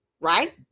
right